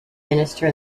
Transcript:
minister